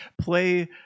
play